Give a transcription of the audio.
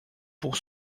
pour